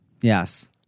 Yes